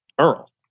Earl